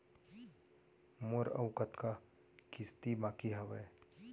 मोर अऊ कतका किसती बाकी हवय?